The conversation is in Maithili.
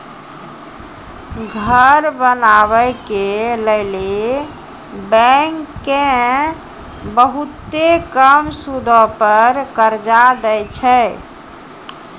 घर बनाय के लेली बैंकें बहुते कम सूदो पर कर्जा दै छै